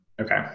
Okay